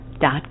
dot